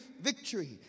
victory